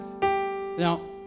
now